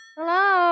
Hello